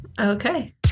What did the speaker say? Okay